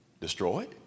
destroyed